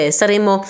saremo